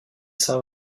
saint